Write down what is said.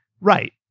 Right